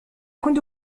كنت